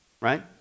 right